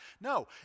No